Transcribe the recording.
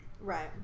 right